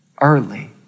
early